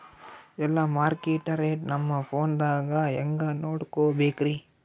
ಎಲ್ಲಾ market rate ನಮ್ ಫೋನದಾಗ ಹೆಂಗ ನೋಡಕೋಬೇಕ್ರಿ?